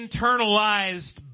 internalized